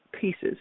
pieces